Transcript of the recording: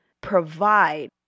provide